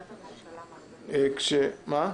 מרגנית,